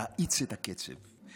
להאיץ את הקצב,